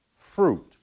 fruit